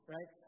Right